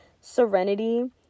serenity